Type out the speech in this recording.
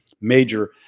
major